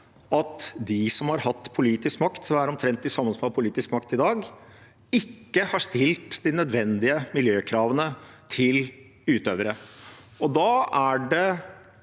at de som har hatt politisk makt, som er omtrent de samme som har politisk makt i dag, ikke har stilt de nødvendige miljøkravene til utøverne. Da er det